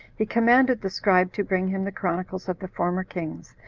he commanded the scribe to bring him the chronicles of the former kings,